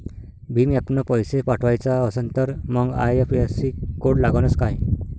भीम ॲपनं पैसे पाठवायचा असन तर मंग आय.एफ.एस.सी कोड लागनच काय?